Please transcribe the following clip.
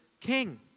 king